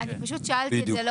לא סתם שאלתי את זה.